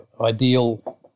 ideal